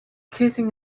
kissing